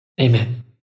amen